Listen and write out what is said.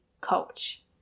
coach